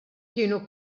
kienu